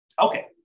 Okay